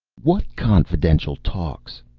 what confidential talks?